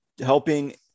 helping